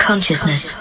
Consciousness